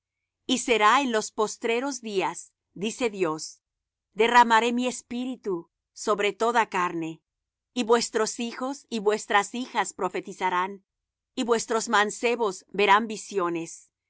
y será en los postreros días dice dios derramaré de mi espíritu sobre toda carne y vuestros hijos y vuestras hijas profetizarán y vuestros mancebos verán visiones